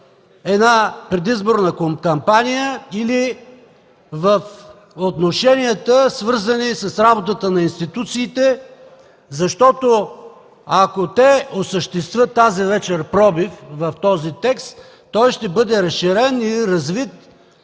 една предизборна кампания или в отношенията, свързани с работата на институциите, защото ако осъществят тази вечер пробив в този текст, той ще бъде разширен и развит